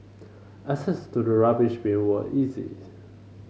access to the rubbish bin was easy